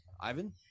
Ivan